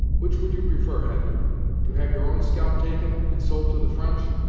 which would you prefer, hetty to have your own scalp taken, and sold to the french,